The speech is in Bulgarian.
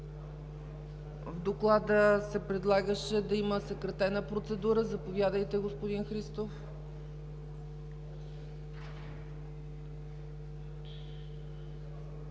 В доклада се предлагаше да има съкратена процедура. Заповядайте, господин Христов.